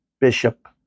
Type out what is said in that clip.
bishop